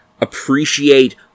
appreciate